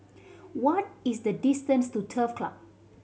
what is the distance to Turf Club